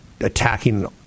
attacking